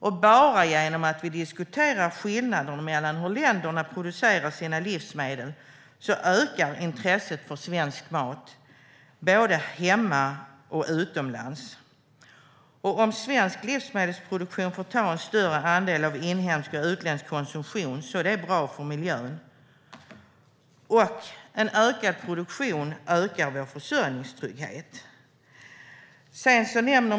Även genom att vi diskuterar skillnaderna mellan hur länderna producerar sina livsmedel ökar intresset för svensk mat både här hemma och utomlands. Om svensk livsmedelsproduktion får stå för en större andel av inhemsk och utländsk konsumtion är det bra för miljön. En ökad produktion ökar också vår försörjningstrygghet.